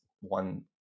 one